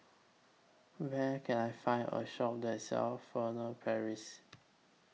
Where Can I Find A Shop that sells Furtere Paris